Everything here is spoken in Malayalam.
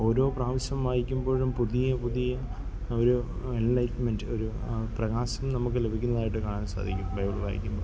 ഓരോ പ്രാവശ്യം വായിക്കുമ്പോഴും പുതിയ പുതിയ ആ ഒരു അൻലൈറ്റ്മെൻ്റ് ഒരു പ്രകാശം നമുക്ക് ലഭിക്കുന്നതായിട്ട് കാണാൻ സാധിക്കും ബൈബിൾ വായിക്കുമ്പം